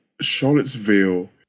Charlottesville